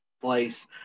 place